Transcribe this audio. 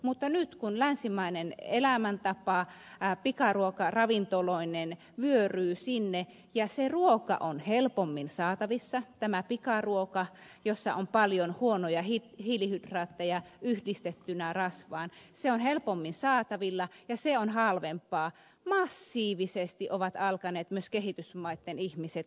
mutta nyt kun länsimainen elämäntapa pikaruokaravintoloineen vyöryy sinne ja se ruoka on helpommin saatavissa tämä pikaruoka jossa on paljon huonoja hiilihydraatteja yhdistettynä rasvaan se on helpommin saatavilla ja se on halvempaa massiivisesti ovat alkaneet myös kehitysmaitten ihmiset lihoa